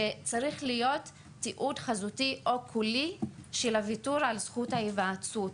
שצריך להיות תיעוד חזותי או קולי של הוויתור על זכות ההיוועצות.